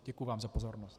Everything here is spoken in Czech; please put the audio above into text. Děkuji vám za pozornost.